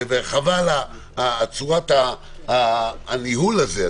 צורת הניהול הזה,